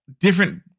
Different